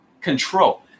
control